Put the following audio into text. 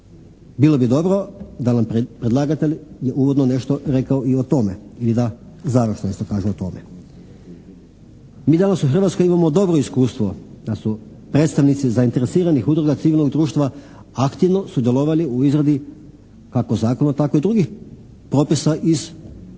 rekao i o tome ili da završno nešto kaže o tome. Mi danas u Hrvatskoj imamo dobro iskustvo da su predstavnici zainteresiranih udruga civilnog društva aktivno sudjelovali u izradi kako zakona tako i drugih propisa iz čitavog